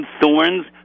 thorns